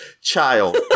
child